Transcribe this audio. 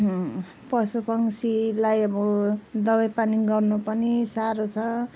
पशु पक्षीलाई अब दबाई पानी गर्नु पनि साह्रो छ